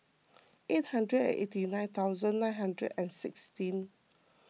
eight hundred and eighty nine thousand nine hundred and sixteen